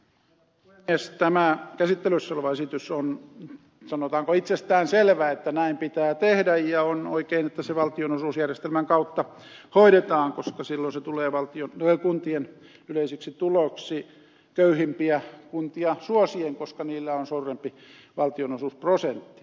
tämä käsittelyssä oleva esitys on sanotaanko itsestäänselvä näin pitää tehdä ja on oikein että se valtionosuusjärjestelmän kautta hoidetaan koska silloin se tulee kuntien yleiseksi tuloksi köyhimpiä kuntia suosien koska niillä on suurempi valtionosuusprosentti